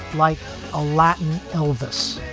like a latin elvis.